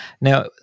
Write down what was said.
Now